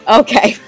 okay